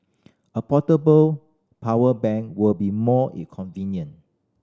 a portable power bank will be more convenient